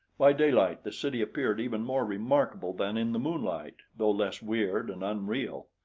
by daylight the city appeared even more remarkable than in the moonlight, though less weird and unreal.